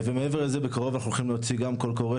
ומעבר לזה בקרוב אנחנו הולכים להוציא גם קול קורא